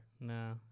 No